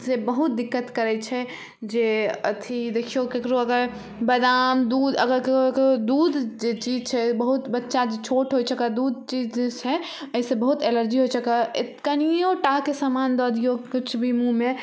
जे बहुत दिक्कत करै छै जे अथी देखियौ केकरो अगर बादाम दूध अगर केकरो केकरो दूध जे चीज छै बहुत बच्चा जे छोट होइ छै ओकरा दूध जे चीज जे छै ओहिसऽ बहुत एलर्जी होइ छै कनियो टा ओकराके सामान दऽ दियौ किछु भी मुँहमे